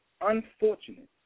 unfortunate